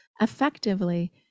Effectively